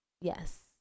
Yes